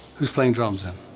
who's playing drums then?